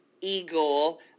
eagle